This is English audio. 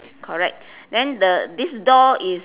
correct then the this door is